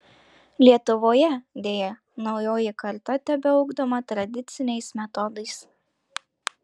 lietuvoje deja naujoji karta tebeugdoma tradiciniais metodais